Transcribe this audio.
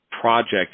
project